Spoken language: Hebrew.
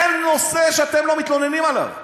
אין נושא שאתם לא מתלוננים עליו.